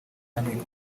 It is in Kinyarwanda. n’amikoro